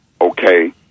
Okay